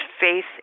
faith